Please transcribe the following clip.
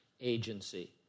Agency